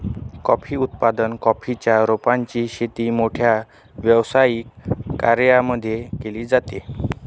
coffee उत्पादन, coffee च्या रोपांची शेती मोठ्या व्यावसायिक कर्यांमध्ये केली जाते